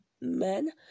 men